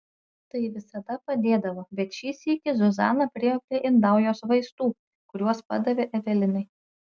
tai visada padėdavo bet šį sykį zuzana priėjo prie indaujos vaistų kuriuos padavė evelinai